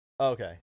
Okay